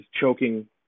choking